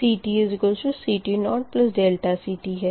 CTCT0CT है